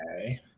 Okay